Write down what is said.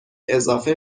اضافه